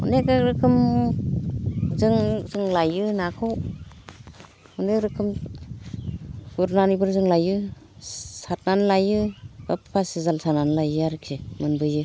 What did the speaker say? अनेक रोखोमजों जों लाइयो नाखौ अनेक रोखोम गुरनानैबो जों लाइयो सारनानै लाइयो बा फासि जाल सानानै लाइयो आरोखि मोनबोयो